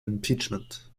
impeachment